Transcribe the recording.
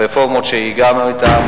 הרפורמות שהגענו אתם,